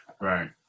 Right